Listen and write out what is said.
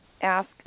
ask